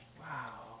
Wow